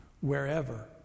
wherever